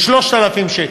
ב-3,000 שקל.